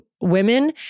women